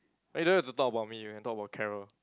eh you don't have to talk about me you can talk about Carol